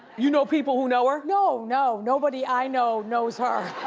you know people who know her? no, no, nobody i know knows her.